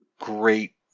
great